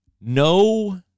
no